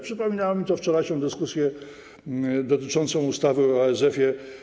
Przypominało mi to wczorajszą dyskusję dotyczącą ustawy o ASF.